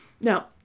Now